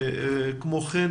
כמו כן,